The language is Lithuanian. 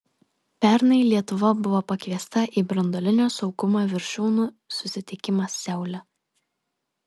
pernai lietuva buvo pakviesta į branduolinio saugumo viršūnių susitikimą seule